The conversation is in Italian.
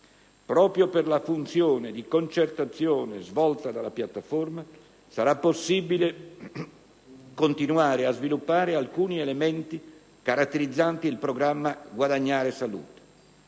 Proprio per la funzione di concertazione svolta dalla Piattaforma, sarà possibile continuare a sviluppare alcuni elementi caratterizzanti, il programma "Guadagnare salute":